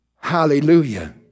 Hallelujah